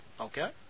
okay